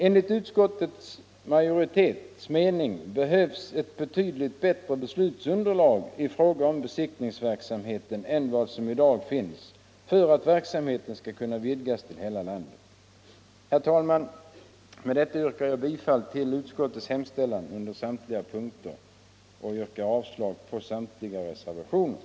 Enligt utskottsmajoritetens mening behövs ett betydligt bättre beslutsunderlag i fråga om besiktningsverksamheten än vad som finns i dag, för att verksamheten skall kunna vidgas till hela landet. Herr talman! Med detta yrkar jag bifall till utskottets hemställan under samtliga punkter och avslag på samtliga reservationer.